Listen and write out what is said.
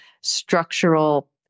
structural